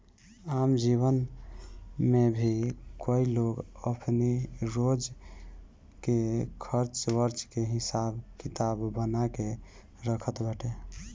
आम जीवन में भी कई लोग अपनी रोज के खर्च वर्च के हिसाब किताब बना के रखत बाटे